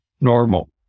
normal